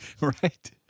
Right